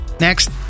Next